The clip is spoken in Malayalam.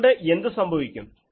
അതുകൊണ്ട് എന്ത് സംഭവിക്കും